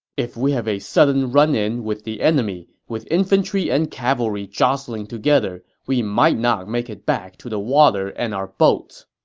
if we have a sudden run-in with the enemy, with infantry and cavalry jostling together, we might not make it back to the water and our boats.